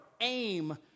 aim